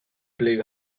blew